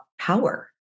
power